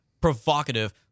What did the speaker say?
provocative